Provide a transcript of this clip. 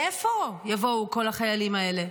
מאיפה יבואו כל החיילים האלה?